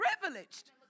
privileged